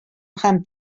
һәм